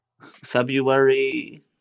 February